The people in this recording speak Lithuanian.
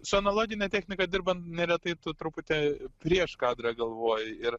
su analogine technika dirbant neretai truputį prieš kadrą galvoji ir